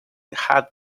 had